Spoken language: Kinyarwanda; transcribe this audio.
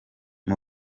com